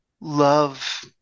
love